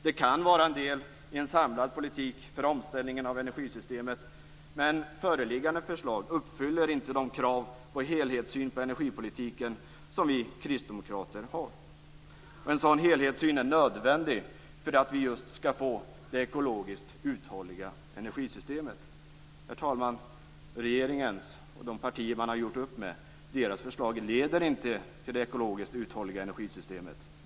Det kan vara en del i en samlad politik för omställningen av energisystemet, men föreliggande förslag uppfyller inte de krav på helhetssyn på energipolitiken som vi kristdemokrater har. En sådan helhetssyn är nödvändig för att vi just skall få det ekologiskt uthålliga energisystemet. Herr talman! Förslaget från regeringen och de partier regeringen har gjort upp med leder inte till det ekologiskt uthålliga energisystemet.